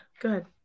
good